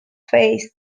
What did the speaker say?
faced